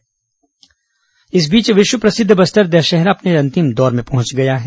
बस्तर दशहरा इस बीच विश्व प्रसिद्ध बस्तर दशहरा अपने अंतिम दौर में पहुंच गया है